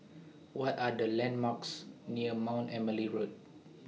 What Are The landmarks near Mount Emily Road